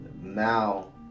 now